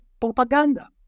propaganda